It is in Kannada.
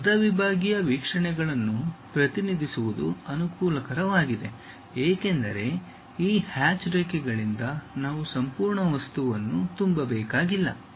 ಆದರೆ ಅರ್ಧ ವಿಭಾಗೀಯ ವೀಕ್ಷಣೆಗಳನ್ನು ಪ್ರತಿನಿಧಿಸುವುದು ಅನುಕೂಲಕರವಾಗಿದೆ ಏಕೆಂದರೆ ಈ ಹ್ಯಾಚ್ ರೇಖೆಗಳಿಂದ ನಾವು ಸಂಪೂರ್ಣ ವಸ್ತುವನ್ನು ತುಂಬಬೇಕಾಗಿಲ್ಲ